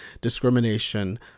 discrimination